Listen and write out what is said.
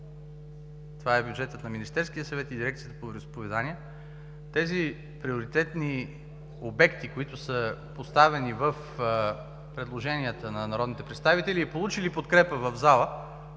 това е бюджетът на Министерския съвет и Дирекцията по вероизповедания, тези приоритетни обекти, които са поставени в предложенията на народните представители и получили подкрепа в залата